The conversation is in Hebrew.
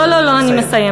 לא לא לא, אני מסיימת.